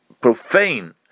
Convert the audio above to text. profane